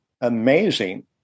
amazing